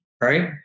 right